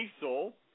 Diesel